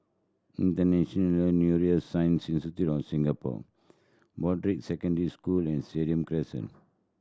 International Neuroscience Institute of Singapore Broadrick Secondary School and Stadium Crescent